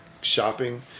shopping